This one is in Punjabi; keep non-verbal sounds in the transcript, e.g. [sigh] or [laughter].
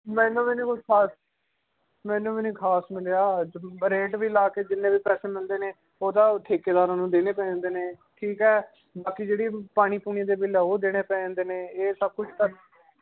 ਮੈਨੂੰ ਵੀ ਨਹੀਂ ਕੁਛ ਖ਼ਾਸ ਮੈਨੂੰ ਵੀ ਨਹੀਂ ਖ਼ਾਸ ਮਿਲਿਆ [unintelligible] ਰੇਟ ਵੀ ਲਾ ਕੇ ਜਿੰਨੇ ਵੀ ਪੈਸੇ ਮਿਲਦੇ ਨੇ ਉਹਦਾ ਠੇਕੇਦਾਰਾਂ ਨੂੰ ਦੇਣੇ ਪੈ ਜਾਂਦੇ ਨੇ ਠੀਕ ਹੈ ਬਾਕੀ ਜਿਹੜੀ ਪਾਣੀ ਪੂਣੀ ਦੇ ਬਿਲ ਉਹ ਦੇਣੇ ਪੈ ਜਾਂਦੇ ਨੇ ਇਹ ਸਭ ਕੁਛ